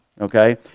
okay